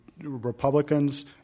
Republicans